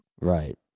Right